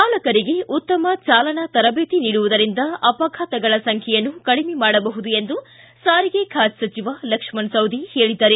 ಚಾಲಕರಿಗೆ ಉತ್ತಮ ಚಾಲನಾ ತರಬೇತಿ ನೀಡುವುದರಿಂದ ಅಪಘಾತಗಳ ಸಂಖ್ಯೆಯನ್ನು ಕಡಿಮೆ ಮಾಡಬಹುದು ಎಂದು ಸಾರಿಗೆ ಖಾತೆ ಸಚಿವ ಲಕ್ಷ್ಮಣ್ ಸವದಿ ಹೇಳಿದ್ದಾರೆ